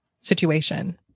situation